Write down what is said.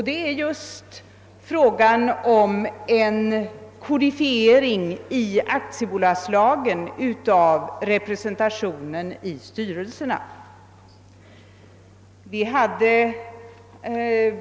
Det gäller frågan om en kodifiering i aktiebolagslagen av representationen i styrelserna.